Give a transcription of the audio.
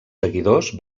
seguidors